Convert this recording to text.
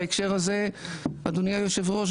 בהקשר הזה אדוני היושב ראש,